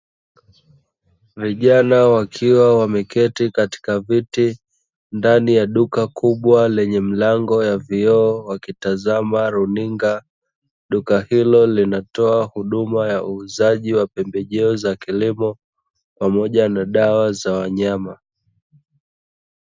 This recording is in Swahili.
Vijana wakiwa wameketi katika vyeti ndani ya duka kubwa lenye mlango ya vioo wakitazama runinga duka hilo linatoa huduma ya uuzaji wa pembejeo za kilimo pamoja na dawa za wanyama.